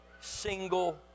Single